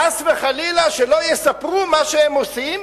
חס וחלילה שלא יספרו מה שהם עושים,